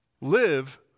live